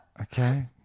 okay